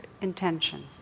intention